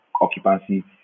occupancy